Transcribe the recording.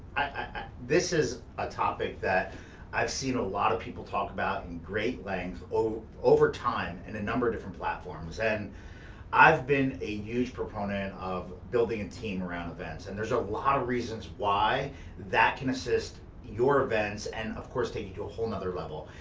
this is a topic that i've seen a lot of people talk about in great length over time in a number of different platforms, and i've been a huge proponent of building a and team around events, and there's a lot of reasons why that can assist your events and of course take you to a whole nother level.